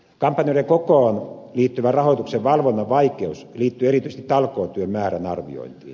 kampanjoiden kokoon liittyvän rahoituksen valvonnan vaikeus liittyy erityisesti talkootyön määrän arviointiin